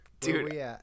Dude